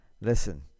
Listen